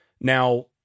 Now